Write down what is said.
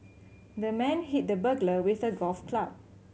the man hit the burglar with a golf club